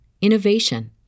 innovation